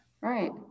right